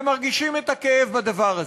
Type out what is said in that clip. ומרגישים את הכאב בדבר הזה,